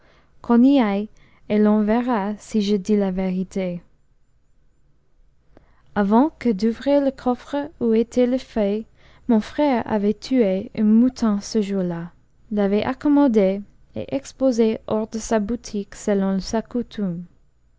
qu'on y aille et l'on verra si je dis la vérité avant que d'ouvrir le coffre où étaient les feuilles mon frère avait tué un mouton ce jour-là l'avait accommodé et exposé hors de sa boutique selon sa coutume